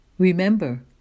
Remember